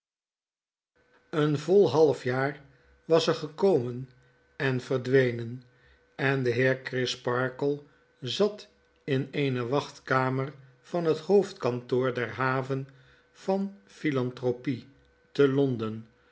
een vol halfjaar was er gekomen en verdwe nen en de heer crisparkle zat in eene wachtkamer van het hoofdkantoor der haven van philanthropie te londen